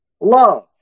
love